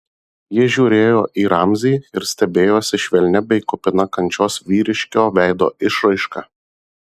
ji žiūrėjo į ramzį ir stebėjosi švelnia bei kupina kančios vyriškio veido išraiška